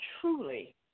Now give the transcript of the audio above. truly